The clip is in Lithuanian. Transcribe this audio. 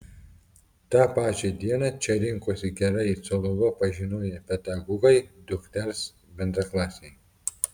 tą pačią dieną čia rinkosi gerai cololo pažinoję pedagogai dukters bendraklasiai